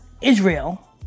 Israel